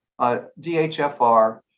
DHFR